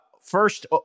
first